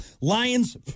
Lions